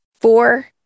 four